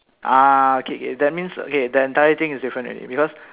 ah okay K then the entire thing is different already because